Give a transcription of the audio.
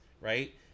right